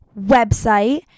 website